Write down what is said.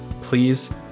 please